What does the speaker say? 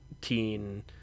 teen